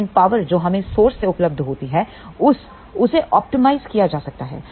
लेकिन पावर जो हमें सोर्स से उपलब्ध होती है उसे अप्टिमाइज अनुकूलित किया जा सकता है